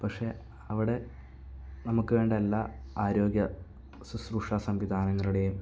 പക്ഷേ അവടെ നമുക്ക് വേണ്ട എല്ലാ ആരോഗ്യ ശുശ്രൂഷ സംവിധാനങ്ങളുടെയും